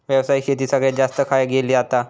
व्यावसायिक शेती सगळ्यात जास्त खय केली जाता?